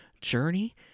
journey